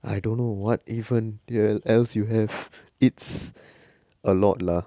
I don't know what even uh else you have it's a lot lah